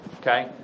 Okay